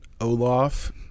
Olaf